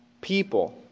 People